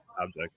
object